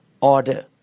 order